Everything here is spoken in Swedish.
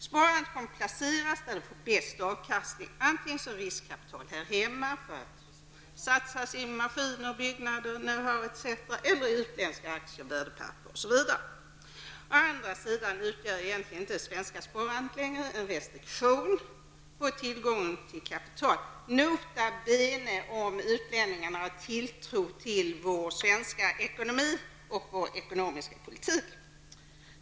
Sparandet kommer att placeras där det får bäst avkastning -- antingen som riskkapital här hemma för att satsas i maskiner, byggnader, know-how etc. eller i utländska aktier, värdepapper osv. Å andra sidan utgör egentligen inte det svenska sparandet längre en restriktion i fråga om tillgången till kapital -- nota bene om utlänningarna har tilltro till vår svenska ekonomi och vår ekonomiska politik.